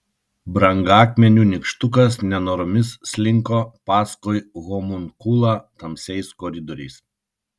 brangakmenių nykštukas nenoromis slinko paskui homunkulą tamsiais koridoriais